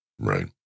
Right